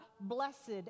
blessed